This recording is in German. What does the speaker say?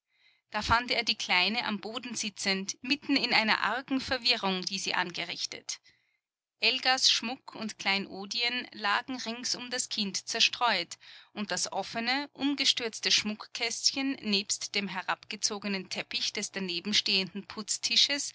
da fand er die kleine am boden sitzend mitten in einer argen verwirrung die sie angerichtet elgas schmuck und kleinodien lagen rings um das kind zerstreut und das offene umgestürzte schmuckkästchen nebst dem herabgezogenen teppich des daneben